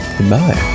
Goodbye